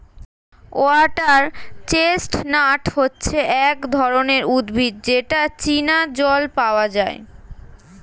water chestnut হচ্ছে এক ধরনের উদ্ভিদ যেটা চীনা জল পাওয়া যায়